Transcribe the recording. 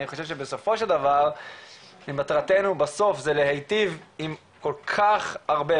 אני חושב שבסופו של דבר מטרתנו בסוף זה להיטיב עם כל כך הרבה,